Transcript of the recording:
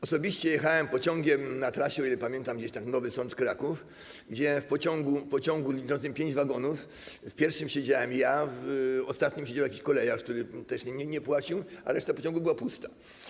Osobiście jechałem pociągiem na trasie, o ile pamiętam, Nowy Sącz - Kraków, gdzie w pociągu liczącym pięć wagonów w pierwszym siedziałem ja, w ostatnim siedział jakiś kolejarz, który też nie płacił, a reszta pociągu była pusta.